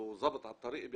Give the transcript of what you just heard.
(מדבר